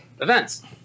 events